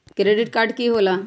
Credit card की होला?